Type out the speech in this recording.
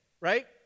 right